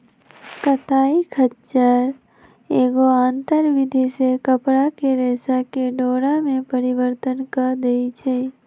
कताई खच्चर एगो आंतर विधि से कपरा के रेशा के डोरा में परिवर्तन कऽ देइ छइ